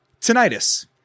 tinnitus